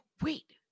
wait